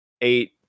eight